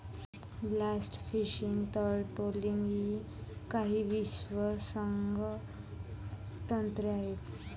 blast fishing, तळ trawling इ काही विध्वंसक तंत्रे आहेत